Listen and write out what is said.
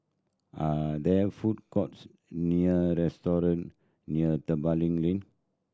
are there food courts near restaurant near Tebing Lane